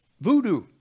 voodoo